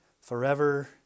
forever